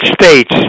States